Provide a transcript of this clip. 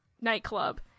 nightclub